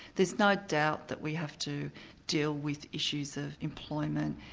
there's no doubt that we have to deal with issues of employment,